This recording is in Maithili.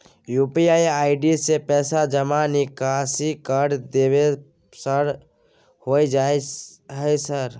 यु.पी.आई आई.डी से पैसा जमा निकासी कर देबै सर होय जाय है सर?